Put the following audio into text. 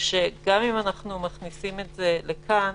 שגם אם אנחנו מכניסים את זה לכאן,